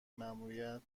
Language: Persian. ماموریت